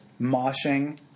moshing